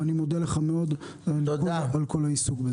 תודה רבה על כל העיסוק.